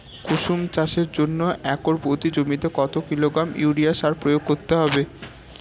কুসুম চাষের জন্য একর প্রতি জমিতে কত কিলোগ্রাম ইউরিয়া সার প্রয়োগ করতে হবে?